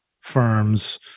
firms